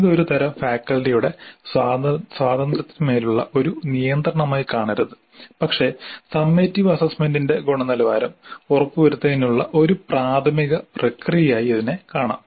ഇത് ഒരു തരം ഫാക്കൽറ്റിയുടെ സ്വാതന്ത്ര്യത്തിന്മേലുള്ള ഒരു നിയന്ത്രണമായി കാണരുത് പക്ഷേ സമ്മേറ്റിവ് അസ്സസ്സ്മെന്റിന്റെ ഗുണനിലവാരം ഉറപ്പുവരുത്തുന്നതിനുള്ള ഒരു പ്രാഥമിക പ്രക്രിയയായി ഇതിനെ കാണണം